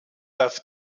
darf